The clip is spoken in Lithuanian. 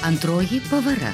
antroji pavara